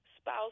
spouse